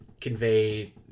convey